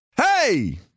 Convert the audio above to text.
Hey